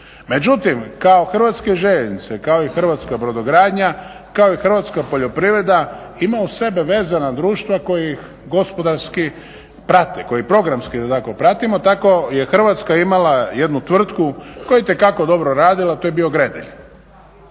Međutim, kao i hrvatske željeznice, kao i hrvatska brodogradnja, kao i hrvatska poljoprivreda ima uz sebe vezana društva koji ih gospodarski prate, koji programski to tako pratimo. Tako je Hrvatska imala jednu tvrtku koja je itekako dobro radila. To je bio Gredelj.